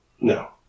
No